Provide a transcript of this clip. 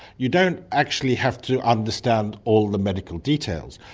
you don't actually have to understand all the medical details,